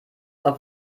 auf